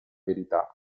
verità